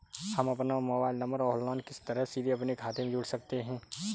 हम अपना mobile number online किस तरह सीधे अपने खाते में जोड़ सकते हैं?